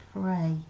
pray